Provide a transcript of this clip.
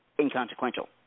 inconsequential